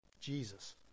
Jesus